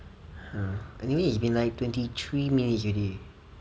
!huh! I mean it's been like twenty three minutes already